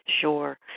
Sure